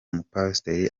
mupasiteri